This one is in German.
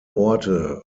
orte